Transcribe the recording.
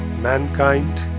mankind